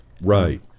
Right